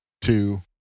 two